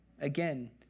Again